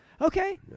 Okay